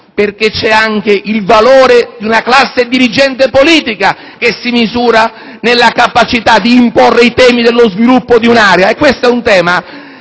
c'è anche il valore di una classe dirigente politica che si misura nella capacità di imporre i temi dello sviluppo di un'area. Tale tema